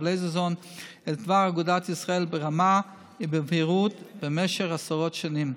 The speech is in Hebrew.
לייזרזון את דבר אגודת ישראל ברמה ובבהירות במשך עשרות שנים.